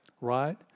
Right